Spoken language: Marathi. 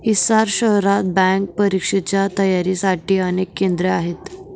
हिसार शहरात बँक परीक्षांच्या तयारीसाठी अनेक केंद्रे आहेत